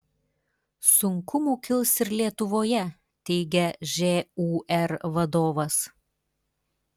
sunkumų kils ir lietuvoje teigia žūr vadovas